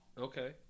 Okay